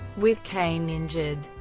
with kane injured,